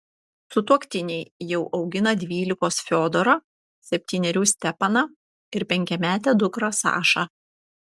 sutuoktiniai jau augina dvylikos fiodorą septynerių stepaną ir penkiametę dukrą sašą